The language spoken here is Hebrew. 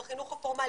בחינוך הפורמלי,